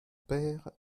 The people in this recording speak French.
père